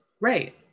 Right